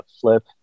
flip